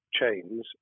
chains